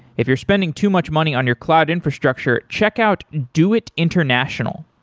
if you're spending too much money on your cloud infrastructure, check out doit international.